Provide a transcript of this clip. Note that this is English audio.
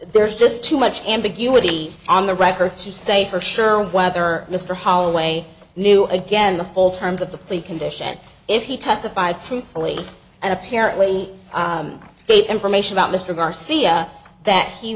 there's just too much ambiguity on the record to say for sure whether mr holloway knew again the full terms of the plea condition if he testified truthfully and apparently great information about mr garcia that he